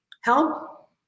Help